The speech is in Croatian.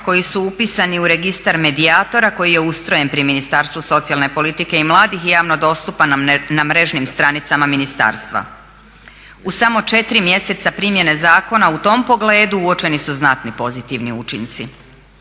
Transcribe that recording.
koji su upisani u Registar medijatora koji je ustrojen pri Ministarstvu socijalne politike i mladih i javno dostupan na mrežnim stranicama ministarstva. U samo 4 mjeseca primjene zakona u tom pogledu uočeni su znatni pozitivni učinci.